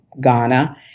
Ghana